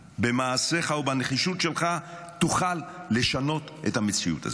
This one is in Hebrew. שבמעשיך ובנחישות שלך אתה תוכל לשנות את המציאות הזאת.